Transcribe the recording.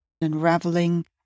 unraveling